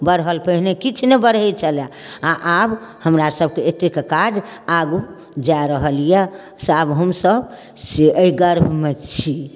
बढ़ल पहिने किछु नहि बढ़ै छलाए आ आब हमरा सबके एतेक काज आगू जा रहल यऽ से आब हमसब से एहि गर्व मे छी